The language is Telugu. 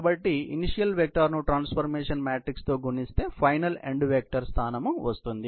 కాబట్టి ఇనీషియల్ వెక్టార్ ను ట్రాన్సఫార్మేషన్ మ్యాట్రిక్స్ తో గుణిస్తే ఫైనల్ ఎండ్ ఎఫెక్టర్ స్థానం అవుతుంది